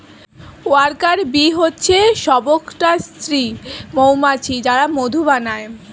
worker bee হচ্ছে সবকটা স্ত্রী মৌমাছি যারা মধু বানায়